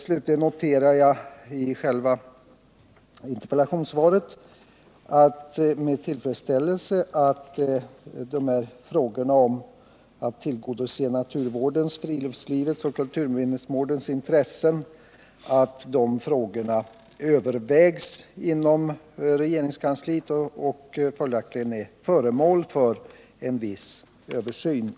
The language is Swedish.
Slutligen noterar jag med tillfredsställelse vad som sägs i svaret när det gäller att tillgodose naturvårdens, friluftslivets och kulturminnesvårdens intressen. Frågor som sammanhänger med dessa intressen övervägs inom regeringskansliet och är följaktligen föremål för en viss översyn.